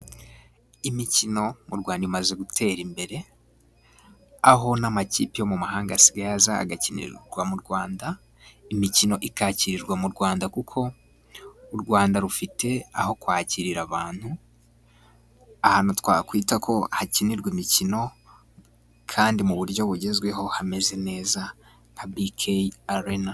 Imikino mu Rwanda imaze gutera imbere, aho n'amakipe yo mu mahanga asigaye aza agakinira mu Rwanda. Imikino ikakirirwa mu rwanda kuko u Rwanda rufite aho kwakirira abantu. Ahantu twakwita ko hakinirwa imikino kandi mu buryo bugezweho hameze neza nka Bikeyi arena.